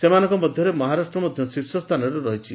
ସେମାନଙ୍କ ମଧ୍ୟରେ ମହାରାଷ୍ଟ୍ର ମଧ୍ୟ ଶୀର୍ଷସ୍ଥାନରେ ରହିଛି